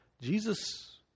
Jesus